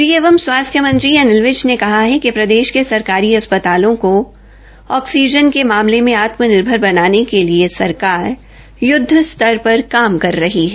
ग़ह एवं स्वास्थ्य मंत्री अनिल विज ने कहा है कि प्रदेश में सरकारी अस्पतालों को ऑक्सीजन के मामले में आत्मनिर्भर बनाने के लिए सरकार य्दध स्तर पर काम कर रही है